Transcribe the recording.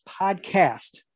podcast